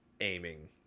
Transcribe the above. aiming